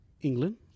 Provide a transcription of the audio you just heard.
England